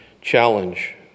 challenge